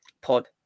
pod